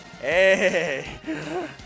hey